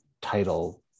title